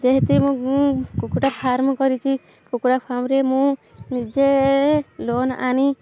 ଯେହେତୁ ମୁଁ କୁକୁଡା ଫାର୍ମ କରିଛି କୁକୁଡ଼ା ଫାର୍ମରେ ମୁଁ ନିଜେ ଲୋନ୍ ଆଣି